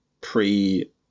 pre